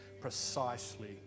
precisely